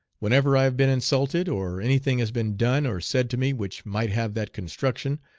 whenever i have been insulted, or any thing has been done or said to me which might have that construction,